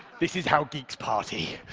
this is how geeks party.